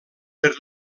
per